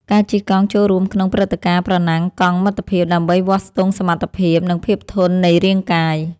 ការជិះកង់ចូលរួមក្នុងព្រឹត្តិការណ៍ប្រណាំងកង់មិត្តភាព ដើម្បីវាស់ស្ទង់សមត្ថភាព និងភាពធន់នៃរាងកាយ។